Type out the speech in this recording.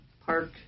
park